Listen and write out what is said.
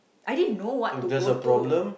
I did know what to go to